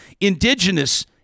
indigenous